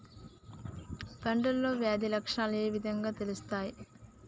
పంటలో వ్యాధి లక్షణాలు ఏ విధంగా తెలుస్తయి?